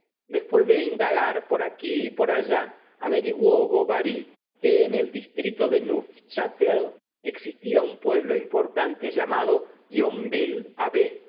después de indagar por aquí y por allá averiguó bovary que en el distrito de neufchatel existía un pueblo importante llamado